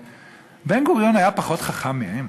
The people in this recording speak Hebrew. הוא היה פחות חכם מהם?